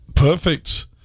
perfect